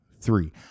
three